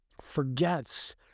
forgets